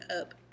up